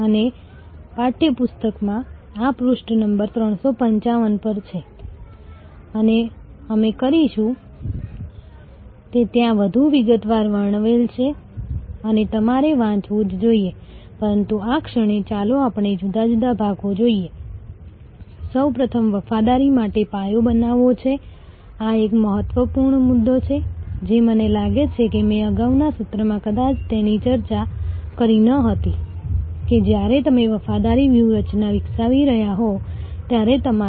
અને તેમાં તેનો એક ભાગ સેવા પુનઃપ્રાપ્તિ વ્યૂહરચના છે અને જો તમારી પાસે ગ્રાહક સંતોષ સારી સેવા પુનઃપ્રાપ્તિ વ્યૂહરચના છે તો પછી તમે ગ્રાહકના આનંદ માટે પ્રક્રિયાઓને ગોઠવવામાં સક્ષમ છો અને તે આખરે ગ્રાહક હિમાયત સુધી પહોંચવાનો માર્ગ છે અને અમે આજે આ પ્રવાસ સાથે જોડાયેલા ઘણા મુદ્દાઓ પર ચર્ચા કરવા જઈ રહ્યા છીએ